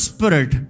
Spirit